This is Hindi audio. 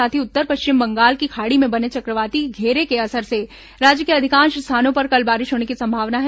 साथ ही उत्तर पश्चिम बंगाल की खाड़ी में बने चक्रवाती घेरे के असर से राज्य के अधिकांश स्थानों पर कल बारिश होने की संभावना है